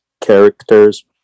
characters